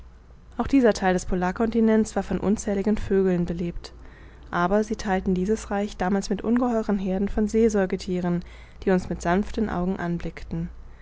auch dieser theil des polarcontinents war von unzähligen vögeln belebt aber sie theilten dieses reich damals mit ungeheuren heerden von seesäugethieren die uns mit sanften augen anblickten